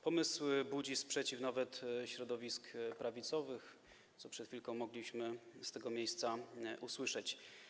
Pomysł budzi sprzeciw nawet środowisk prawicowych, co przed chwilką mogliśmy z tego miejsca usłyszeć.